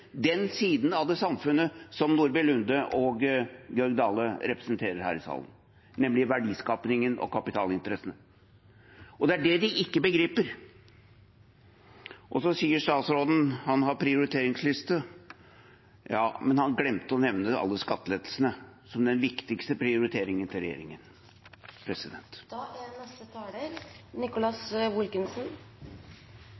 den siden av samfunnet som Nordby Lunde og Jon Georg Dale representerer her i salen, nemlig verdiskapingen og kapitalinteressene. Det er det de ikke begriper. Statsråden sier at han har en prioriteringsliste. Ja, men han glemte å nevne alle skattelettelsene, som er regjeringens viktigste prioritering. Statsråden sa at vi må prioritere, og jeg er